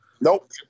nope